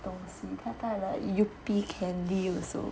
东西他带了 Yupi candy you also